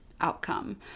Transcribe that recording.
Outcome